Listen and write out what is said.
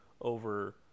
over